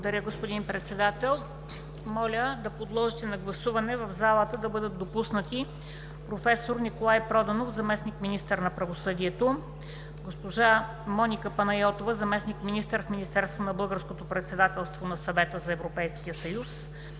Благодаря, господин Председател. Моля да подложите на гласуване в залата да бъдат допуснати: професор Николай Проданов – заместник-министър на правосъдието; госпожа Моника Панайотова – заместник-министър в Министерството на българското председателство на Съвета на Европейския съюз;